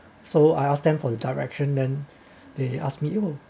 so I ask them for the direction then they ask me you